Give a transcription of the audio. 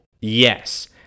Yes